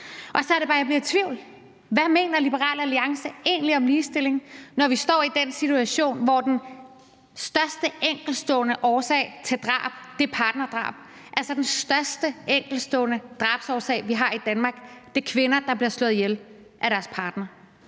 Så er det bare, jeg bliver i tvivl. Hvad mener Liberal Alliance egentlig om ligestilling, når vi står i den situation, at den hyppigst forekommende type drab er partnerdrab, altså den hyppigst forekommende type drab, vi har i Danmark, er kvinder, der bliver slået ihjel af deres partner.